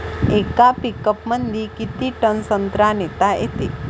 येका पिकअपमंदी किती टन संत्रा नेता येते?